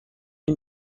این